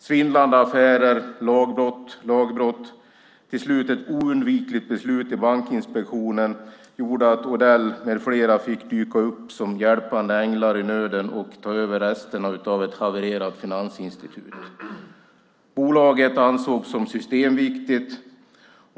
Svindlande affärer, lagbrott och till slut ett oundvikligt beslut i Bankinspektionen gjorde att Odell med flera fick dyka upp som hjälpande änglar i nöden, och ta över resterna av ett havererat finansinstitut. Bolaget ansågs som systemviktigt.